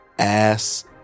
ass